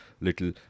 little